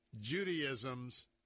Judaism's